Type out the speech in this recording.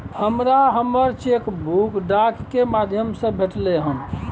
हमरा हमर cheque book डाक के माध्यम से भेटलय हन